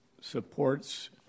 supports